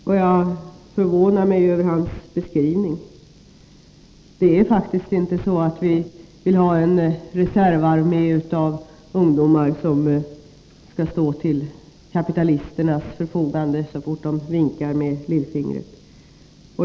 Jag är förvånad över hans beskrivning, för det är faktiskt inte så att vi vill ha en reservarmé av ungdomar, som skall stå till kapitalisternas förfogande så fort de vinkar med lillfingret.